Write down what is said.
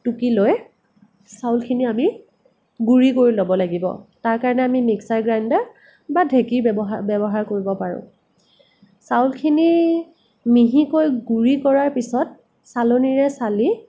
টুকি লৈ চাউলখিনি আমি গুড়ি কৰি ল'ব লাগিব তাৰ কাৰণে আমি মিক্সাৰ গ্ৰাইণ্ডাৰ বা ঢেঁকীৰ ব্যৱহাৰ কৰিব পাৰোঁ চাউলখিনি মিহিকৈ গুড়ি কৰাৰ পিছত চালনীৰে চালি